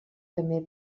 també